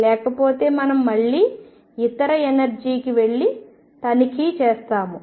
లేకపోతే మనం మళ్లీ ఇతర ఎనర్జీకి వెళ్ళి తనిఖీ చేస్తాము